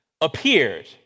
appeared